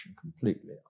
completely